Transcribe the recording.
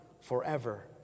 forever